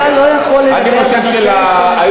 אתה לא יכול לדבר בנושא אחר.